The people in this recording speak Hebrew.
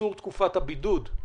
קיצור תקופת הבידוד.